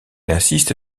insiste